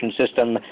system